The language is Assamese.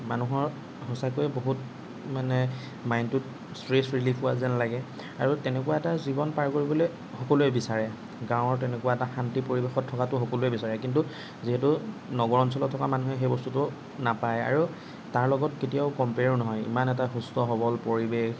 মানুহৰ সঁচাকৈ মানে বহুত মাইণ্ডটোত ষ্ট্ৰেছ ৰিলিফ হোৱা যেন লাগে আৰু তেনেকুৱা এটা জীৱন পাৰ কৰিবলৈসকলোৱে বিচাৰে গাঁৱত এনেকুৱা এটা শান্তি পৰিৱেশত থকাটো সকলোৱে বিচাৰে কিন্তু যিহেতু নগৰ অঞ্চলত থকা মানুহে সেই বস্তুটো নাপায় আৰু তাৰ লগত কেতিয়াও কম্পেয়াৰো নহয় ইমান এটা সুস্থ সৱল পৰিৱেশ